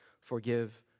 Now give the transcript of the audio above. forgive